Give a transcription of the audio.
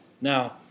Now